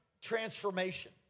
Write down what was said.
transformation